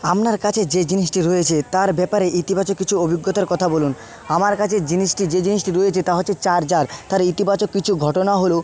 আপনার কাছে যে জিনিসটি রয়েছে তার ব্যাপারে ইতিবাচক কিছু অভিজ্ঞতার কথা বলুন আমার কাছে জিনিসটি যে জিনিসটি রয়েছে তা হচ্ছে চার্জার তার ইতিবাচক কিছু ঘটনা হলো